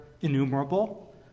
innumerable